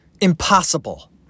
impossible